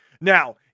Now